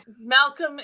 Malcolm